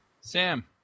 sam